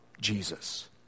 Jesus